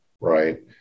right